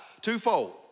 Twofold